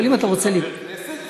של חבר כנסת?